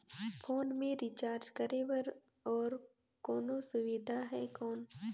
Phone मे recharge करे बर और कोनो सुविधा है कौन?